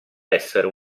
essere